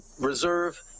reserve